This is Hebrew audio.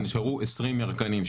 נשארו 20 ירקנים.